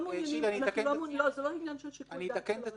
--- זה לא עניין של שיקול דעת של רשם,